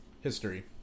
history